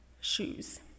shoes